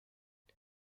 der